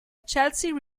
chelsea